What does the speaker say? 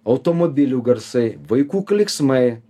automobilių garsai vaikų klyksmai